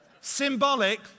symbolic